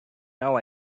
now